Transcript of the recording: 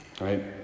right